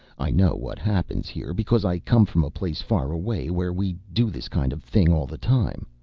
i know what happens here because i come from a place far away where we do this kind of thing all the time.